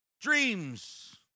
Dreams